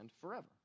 forever